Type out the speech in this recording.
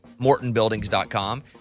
MortonBuildings.com